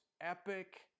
epic